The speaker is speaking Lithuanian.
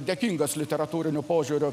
dėkingas literatūriniu požiūriu